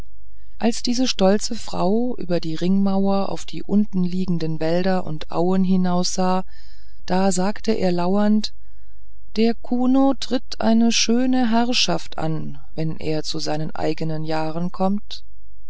als diese stolze frau über die ringmauer auf die unten liegenden wälder und auen hinaussah sagte er lauernd der kuno tritt eine schöne herrschaft an wenn er zu seinen eigenen jahren kommt